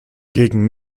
gegen